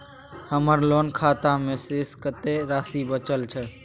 हमर लोन खाता मे शेस कत्ते राशि बचल छै?